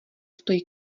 stojí